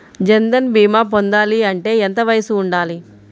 జన్ధన్ భీమా పొందాలి అంటే ఎంత వయసు ఉండాలి?